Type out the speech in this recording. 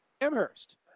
Amherst